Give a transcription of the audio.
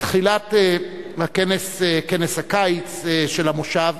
בתחילת הכנס, כנס הקיץ של המושב,